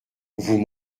vous